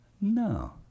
No